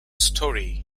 story